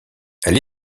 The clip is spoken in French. elle